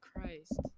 christ